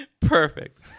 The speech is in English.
Perfect